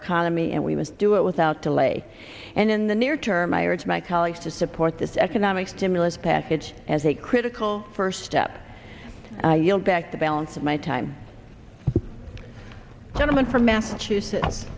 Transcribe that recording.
economy and we must do it without delay and in the near term i urge my colleagues to support this economic stimulus package as a critical first step i yield back the balance of my time gentleman from massachusetts